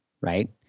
right